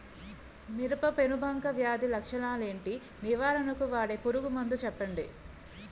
మిరప పెనుబంక వ్యాధి లక్షణాలు ఏంటి? నివారణకు వాడే పురుగు మందు చెప్పండీ?